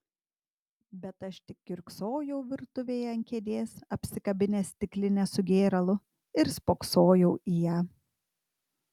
bet aš tik kiurksojau virtuvėje ant kėdės apsikabinęs stiklinę su gėralu ir spoksojau į ją